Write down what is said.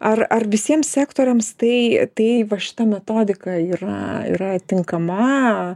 ar ar visiems sektoriams tai tai va šita metodika yra yra tinkama